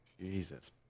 jesus